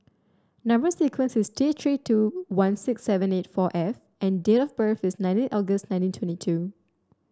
number sequence is T Three two one six seven eight four F and date of birth is nineteen August nineteen twenty two